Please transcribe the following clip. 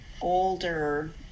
Older